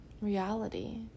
reality